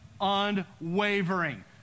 unwavering